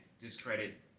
discredit